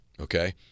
Okay